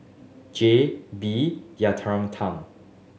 J B